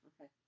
Okay